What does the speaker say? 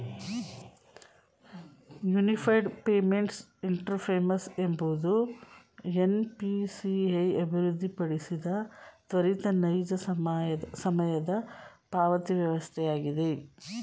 unified payments interface ಎಂಬುದು NPCI ಅಭಿವೃದ್ಧಿಪಡಿಸಿದ ತ್ವರಿತ ನೈಜ ಸಮಯದ ಪಾವತಿವಸ್ಥೆಯಾಗಿದೆ